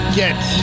get